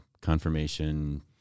confirmation